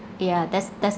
yeah that's that's